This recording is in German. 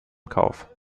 kauf